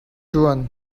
ṭuan